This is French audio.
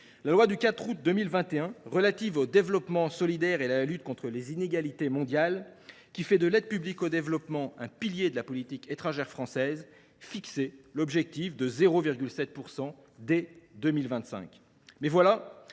la loi du 4 août 2021 de programmation relative au développement solidaire et à la lutte contre les inégalités mondiales, qui fait de l’aide publique au développement un pilier de la politique étrangère française, fixait un objectif de 0,7 % pour 2025.